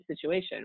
situation